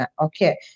Okay